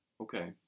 Okay